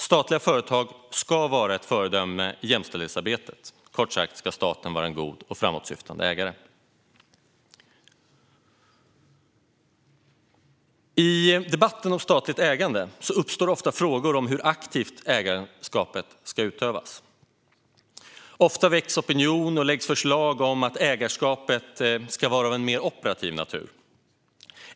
Statliga företag ska vara ett föredöme i jämställdhetsarbetet. Kort sagt ska staten vara en god och framåtsyftande ägare. I debatten om statligt ägande uppstår ofta frågor om hur aktivt ägarskapet ska utövas. Ofta väcker man opinion och lägger fram förslag om att ägarskapet ska vara av en mer operativ natur.